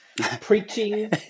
preaching